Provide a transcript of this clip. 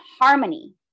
harmony